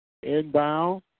Inbound